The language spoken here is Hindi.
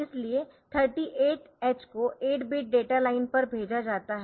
इसलिए 38 h को 8 बिट डेटा लाइन पर भेजा जाता है